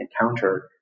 encounter